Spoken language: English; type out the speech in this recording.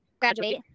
Graduate